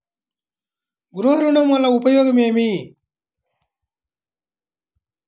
గృహ ఋణం వల్ల ఉపయోగం ఏమి?